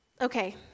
Okay